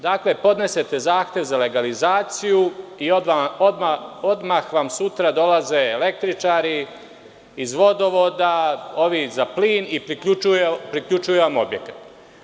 Dakle, podnesete zahtev za legalizaciju i odmah vam sutra dolaze električari, iz vodovoda, ovi za plin i priključuju vam objekat.